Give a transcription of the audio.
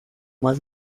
más